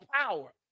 power